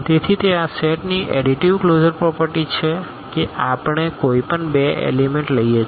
તેથી તે આ સેટની એડિટિવ ક્લોઝર પ્રોપર્ટી છે કે આપણે કોઈપણ બે એલીમેન્ટ લઈએ છીએ